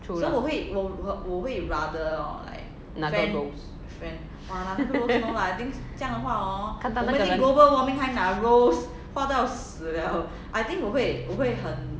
true lah 拿个 rose 看到那个人